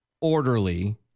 orderly